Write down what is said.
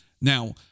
Now